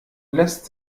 lässt